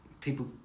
People